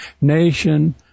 nation